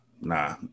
nah